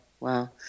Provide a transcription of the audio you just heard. Wow